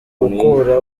gukura